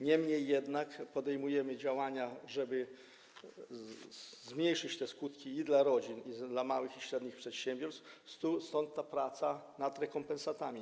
Niemniej jednak podejmujemy działania, żeby zmniejszyć te skutki i dla rodzin, i dla małych i średnich przedsiębiorstw, stąd ta praca nad rekompensatami.